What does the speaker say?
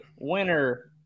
winner